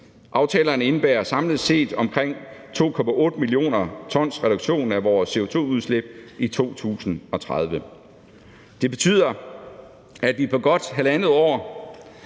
Aftalerne indebærer samlet set omkring 2,8 mio. t reduktion af vores CO2-udslip i 2030. Det betyder, at vi på godt halvandet år,